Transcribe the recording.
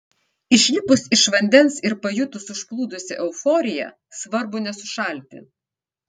išlipus iš vandens ir pajutus užplūdusią euforiją svarbu nesušalti